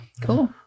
cool